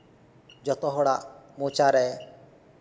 ᱡᱚᱛᱚ ᱦᱚᱲᱟᱜ ᱢᱚᱪᱟᱨᱮ